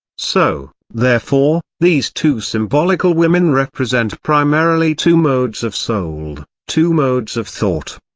so, therefore, these two symbolical women represent primarily two modes of soul, two modes of thought.